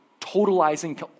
totalizing